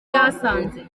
yahasanze